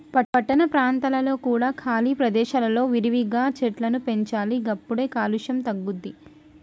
పట్టణ ప్రాంతాలలో కూడా ఖాళీ ప్రదేశాలలో విరివిగా చెట్లను పెంచాలి గప్పుడే కాలుష్యం తగ్గుద్ది